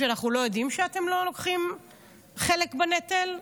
שאנחנו לא יודעים שאתם לא לוקחים חלק בנטל,